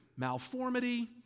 malformity